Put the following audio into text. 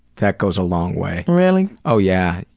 that goes a long way. really? oh, yeah.